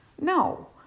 No